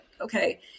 okay